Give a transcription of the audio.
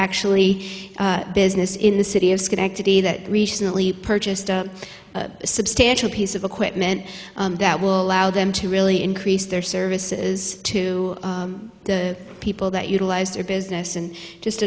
actually business in the city of schenectady that recently purchased a substantial piece of equipment that will allow them to really increase their services to the people that utilize their business and just